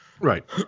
Right